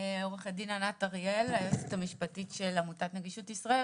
אני היועצת המשפטית של עמותת נגישות ישראל,